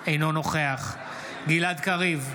אינו נוכח גלעד קריב,